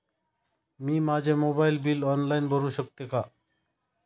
मी माझे mobile bill online भरू शकते का?